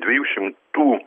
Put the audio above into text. dviejų šimtų